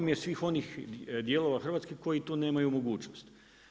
Žao mi je svih onih dijelova Hrvatske koji to nemaju mogućnosti.